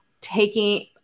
taking